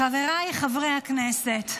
חבריי חברי הכנסת,